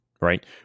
right